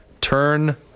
Turn